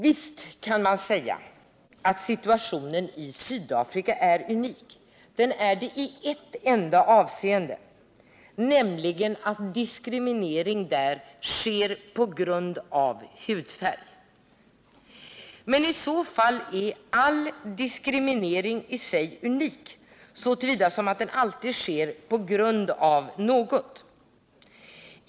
Visst kan man säga att de är unika — i ett enda avseende, nämligen det att diskriminering där sker på grund av hudfärg. Men i så fall är all diskriminering i sig unik så till vida som den alltid sker på grund av något.